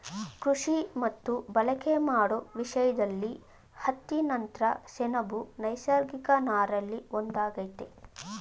ಕೃಷಿ ಮತ್ತು ಬಳಕೆ ಮಾಡೋ ವಿಷಯ್ದಲ್ಲಿ ಹತ್ತಿ ನಂತ್ರ ಸೆಣಬು ನೈಸರ್ಗಿಕ ನಾರಲ್ಲಿ ಒಂದಾಗಯ್ತೆ